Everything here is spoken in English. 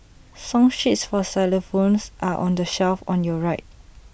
song sheets for xylophones are on the shelf on your right